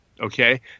okay